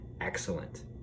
excellent